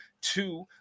two